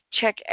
Check